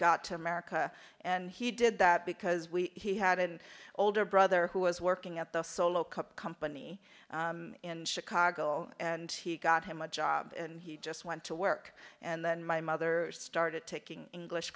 got to america and he did that because we he had an older brother who was working at the solo cup company in chicago and he got him a job and he just went to work and then my mother started taking english